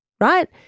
right